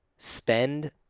spend